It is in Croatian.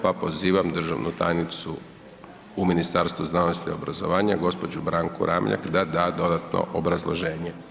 Pa pozivam državnu tajnicu u Ministarstvu znanosti i obrazovanja gospođu Branku Ramljak da da dodatno obrazloženje.